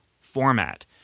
format